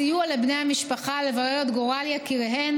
סיוע לבני המשפחה לברר את גורל יקיריהן